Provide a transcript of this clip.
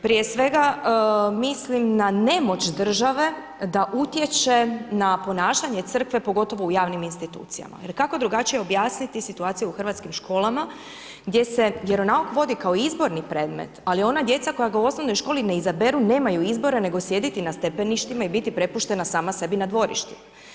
Prije svega, mislim na nemoć države da utječe na ponašanje Crkve, pogotovo u javnim institucijama jer kako drugačije objasniti situacije u hrvatskim školama gdje se vjeronauk vodi kao izborni predmet, ali ona djeca koja ga u osnovnoj školi ne izaberu, nemaju izbora, nego sjediti na stepeništima i biti prepuštena sama sebi na dvorištu.